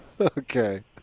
Okay